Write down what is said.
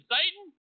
Satan